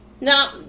Now